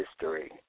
history